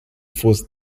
forced